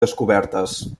descobertes